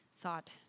thought